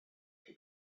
chi